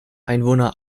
einwohner